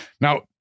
Now